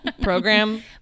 program